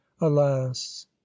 alas